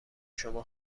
شما